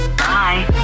bye